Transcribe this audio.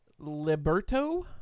Liberto